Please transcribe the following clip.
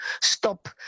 stop